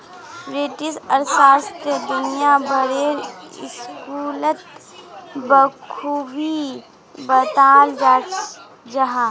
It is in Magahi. व्यष्टि अर्थशास्त्र दुनिया भरेर स्कूलत बखूबी बताल जा छह